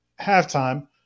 halftime